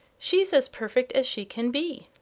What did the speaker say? she's as perfect as she can be.